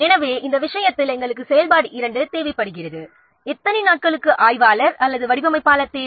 எனவே இந்த விஷயத்தில் செயல்பாடு 2 தேவைப்படுகிறது எத்தனை நாட்களுக்கு ஆய்வாளர் அல்லது வடிவமைப்பாளர் தேவை